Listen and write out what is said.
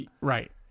Right